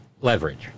leverage